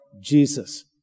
Jesus